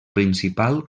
principal